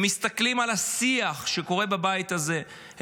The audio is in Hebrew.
הם מסתכלים על השיח שקורה בבית הזה,